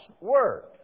Word